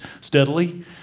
steadily